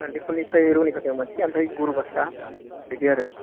सान्थिपुर निफ्राय रोनिखाथायाव मोनसे ओमफ्राय गुरुबासा बिदि आरो